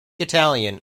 italian